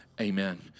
Amen